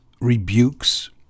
rebukes